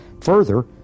Further